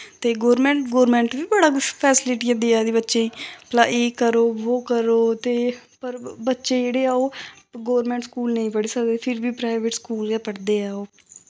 ते government government बी बड़ी कुछ फैस्लिटियां देआ दी बच्चें गी भला एह् करो वो करो ते पर बच्चे जेह्ड़े ऐ ओह् गौरमेंट स्कूल नेईं पढ़ी सकदे फिर बी प्राइवेट स्कूल गै पढ़दे ऐ ओह्